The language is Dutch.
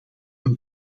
een